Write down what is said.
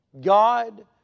God